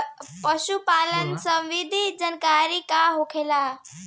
पशु पालन संबंधी जानकारी का होला?